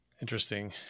Interesting